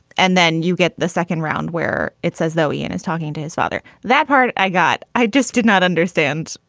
and then you get the second round where it's as though he and is talking to his father that part i got. i just did not understand.